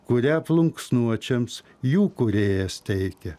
kurią plunksnuočiams jų kūrėjas teikia